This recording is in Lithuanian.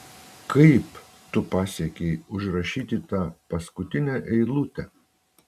kaip tu pasiekei užrašyti tą paskutinę eilutę